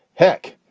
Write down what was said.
heck,